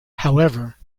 however